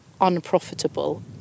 unprofitable